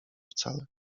wcale